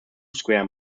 square